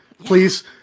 please